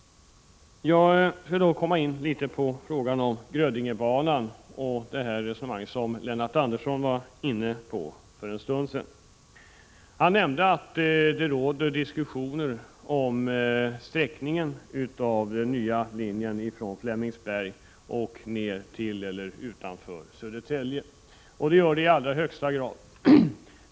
Jag kommer nu in på frågan om Grödingebanan och det resonemang som Lennart Andersson var inne på för en stund sedan. Han nämnde att det pågår diskussioner om sträckningen av den nya linjen från Flemingsberg till eller utanför Södertälje. Det gör det, i allra högsta grad.